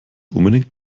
unbedingt